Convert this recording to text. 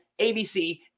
ABC